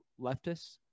leftists